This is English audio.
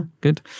good